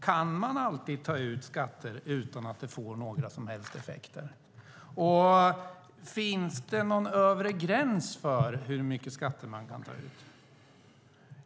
Kan man alltid ta ut skatter utan att det får några som helst effekter? Finns det någon övre gräns för hur mycket skatt man ta ut?